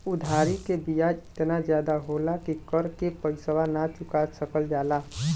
उधारी क बियाज एतना जादा होला कि कर के पइसवो ना चुका सकल जाला